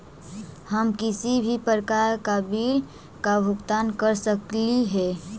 हम किसी भी प्रकार का बिल का भुगतान कर सकली हे?